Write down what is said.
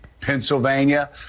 Pennsylvania